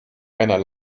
einer